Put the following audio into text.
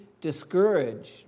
discouraged